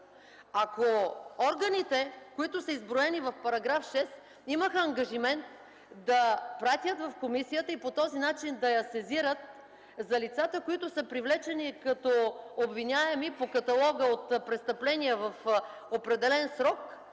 Ако органите, които са изброени в § 6 имаха ангажимент да пратят в комисията и по този начин да я сезират за лицата, които са привлечени като обвиняеми по каталога от престъпления в определен срок,